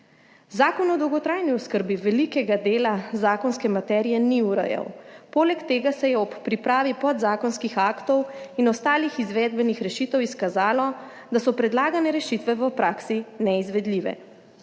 Zakon o dolgotrajni oskrbi velikega dela zakonske materije ni urejal, poleg tega se je ob pripravi podzakonskih aktov in ostalih izvedbenih rešitev izkazalo, da so predlagane rešitve v praksi neizvedljive.